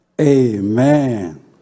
Amen